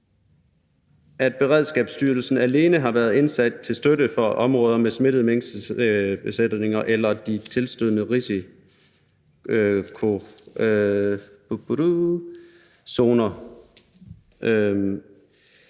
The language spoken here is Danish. at Beredskabsstyrelsen alene har været indsat til støtte for områder med smittede minkbesætninger eller de tilstødende risikozoner.